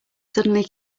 suddenly